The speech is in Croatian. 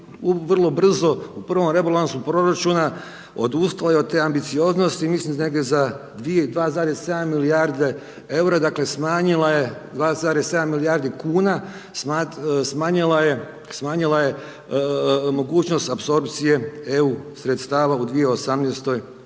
vrlo brzo u prvom rebalansu proračuna odustali od te ambicioznosti i mislim da negdje za 2,7 milijarde eura, dakle smanjila je 2,7 milijardi kuna, smanjila je mogućnost apsorpcije EU sredstava u 2018. godini.